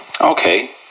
Okay